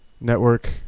network